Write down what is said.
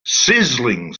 sizzling